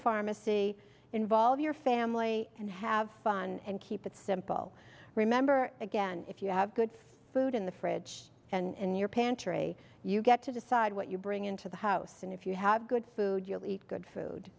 pharmacy involve your family and have fun and keep it simple remember again if you have good food in the fridge and in your pantry you get to decide what you bring into the house and if you have good food you'll eat good